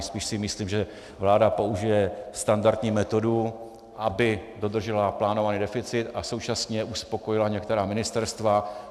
Spíš si myslím, že vláda použije standardní metody, aby dodržela plánovaný deficit a současně uspokojila některá ministerstva.